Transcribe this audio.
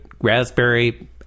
raspberry